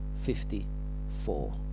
fifty-four